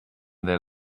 their